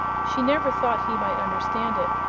she never thought he might understand it,